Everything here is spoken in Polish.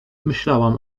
myślałam